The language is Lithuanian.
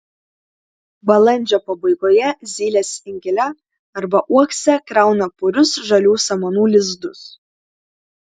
balandžio pabaigoje zylės inkile arba uokse krauna purius žalių samanų lizdus